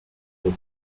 was